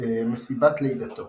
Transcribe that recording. מסיבת לידתו